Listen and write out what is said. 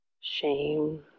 shame